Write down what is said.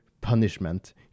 punishment